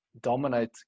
Dominate